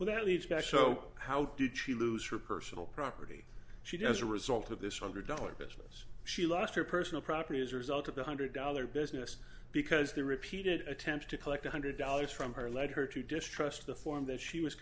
gosh so how did she lose her personal property she does a result of this one hundred dollar business she lost her personal property as a result of the hundred dollar business because the repeated attempts to collect one hundred dollars from her led her to distrust the form that she was